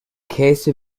käse